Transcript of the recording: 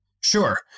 Sure